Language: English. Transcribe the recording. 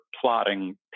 plotting